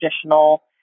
traditional